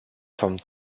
forme